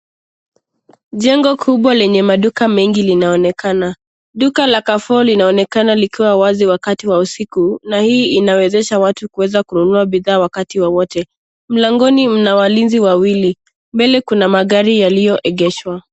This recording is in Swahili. Jengo kubwa lenye maduka mengi linaonekana. Duka la carrefour linaonekana likiwa wazi wakati wa usiku na hii inawezesha watu kuweza kununua bidhaa wakati wowote. Mlangoni mna walinzi Wawili. Mbele kuna magari yaliyo egeshwa.